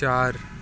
चार